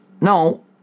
No